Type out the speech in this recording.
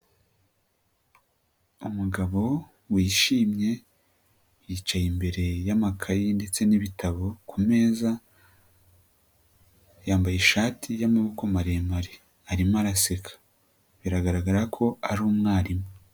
Umugabo wishimye, yicaye imbere y'amakaye ndetse n'ibitabo ku meza, yambaye ishati y'amaboko maremare. Arimo araseka. Biragaragara ko ari umwarimu.